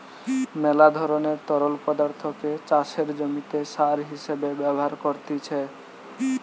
মেলা ধরণের তরল পদার্থকে চাষের জমিতে সার হিসেবে ব্যবহার করতিছে